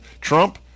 Trump